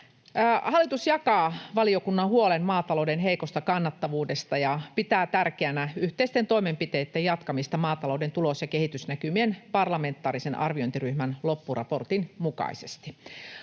Hallitus jakaa valiokunnan huolen maatalouden heikosta kannattavuudesta ja pitää tärkeänä yhteisten toimenpiteitten jatkamista maatalouden tulos‑ ja kehitysnäkymien parlamentaarisen arviointiryhmän loppuraportin mukaisesti.